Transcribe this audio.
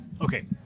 Okay